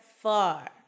far